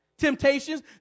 Temptations